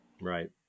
Right